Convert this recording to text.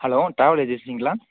hello travel ஏஜென்சிங்களா